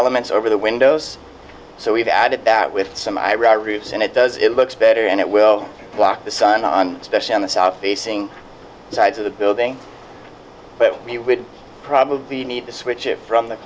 elements over the windows so we've added that with some iraq roofs and it does it looks better and it will block the sun on especially on the south facing sides of the building but we would probably need to switch it from the